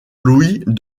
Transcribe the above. luis